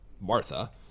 Martha